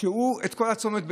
צריך לעשות שהוא בכל הצומת ביחד?